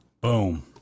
Boom